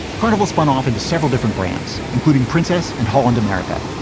carnival spun off into several different brands, including princess and holland america.